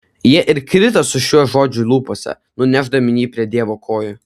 jie ir krito su šiuo žodžiu lūpose nunešdami jį prie dievo kojų